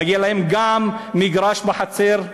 מגיע להם גם מגרש בחצר,